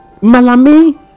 Malami